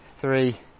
three